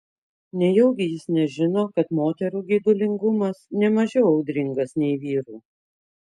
nejaugi jis nežino kad moterų geidulingumas ne mažiau audringas nei vyrų